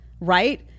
right